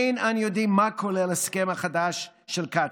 אין אנו יודעים מה כולל ההסכם החדש של קצא"א,